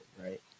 right